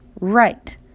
Right